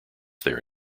there